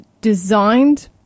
designed